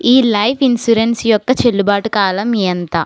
ఈ life insurance యొక్క చెల్లుబాటు కాలం ఎంత